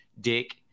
Dick